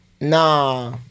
Nah